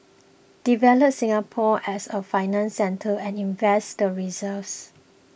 develop Singapore as a financial centre and invest the reserves